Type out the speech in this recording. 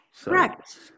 Correct